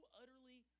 utterly